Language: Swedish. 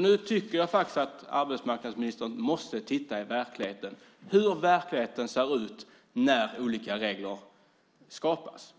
Nu tycker jag faktiskt att arbetsmarknadsministern måste titta på hur verkligheten ser ut när olika regler skapas.